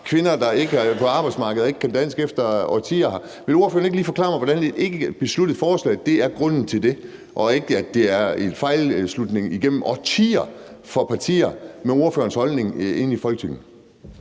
kvinder, der ikke er på arbejdsmarkedet og ikke kan dansk efter årtier her i landet? Vil ordføreren ikke lige forklare mig, hvordan et ikkebesluttet forslag er grunden til det, og ikke en fejlslutning igennem årtier hos partier med ordførerens holdning i Folketinget?